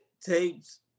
tapes